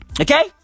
Okay